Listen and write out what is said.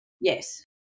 Yes